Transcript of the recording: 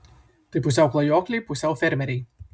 tai pusiau klajokliai pusiau fermeriai